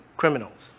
criminals